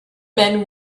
men